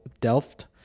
Delft